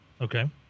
Okay